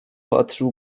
patrzył